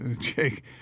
Jake